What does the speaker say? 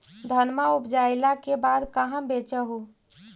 धनमा उपजाईला के बाद कहाँ बेच हू?